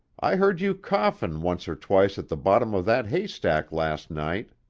i heard you coughin' once or twice at the bottom of that haystack last night.